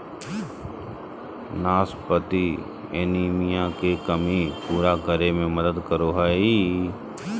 नाशपाती एनीमिया के कमी पूरा करै में मदद करो हइ